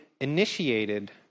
initiated